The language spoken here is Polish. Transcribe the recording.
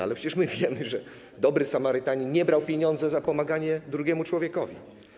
Ale przecież my wiemy, że dobry Samarytanin nie brał pieniędzy za pomaganie drugiemu człowiekowi.